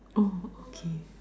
oh okay